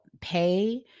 pay